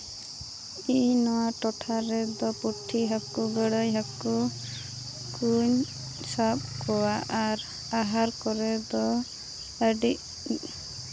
ᱤᱧ ᱱᱚᱣᱟ ᱴᱚᱴᱷᱟ ᱨᱮᱫᱚ ᱯᱩᱴᱷᱤ ᱦᱟᱹᱠᱩ ᱜᱟᱹᱲᱟᱹᱭ ᱦᱟᱹᱠᱩ ᱩᱱᱠᱩᱧ ᱥᱟᱵ ᱠᱚᱣᱟ ᱟᱨ ᱟᱦᱟᱨ ᱠᱚᱨᱮ ᱫᱚ ᱟᱹᱰᱤ